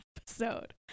episode